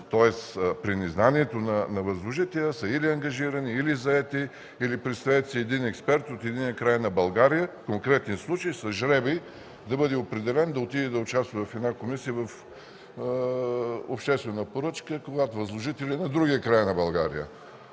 при незнанието на възложителя, са или ангажирани, или заети, или си представете един експерт от единия край на България, в конкретния случай – с жребий, да бъде определен да отиде да участва в една комисия за обществена поръчка, когато възложителят е на другия край на България,